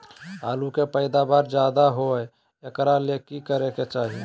आलु के पैदावार ज्यादा होय एकरा ले की करे के चाही?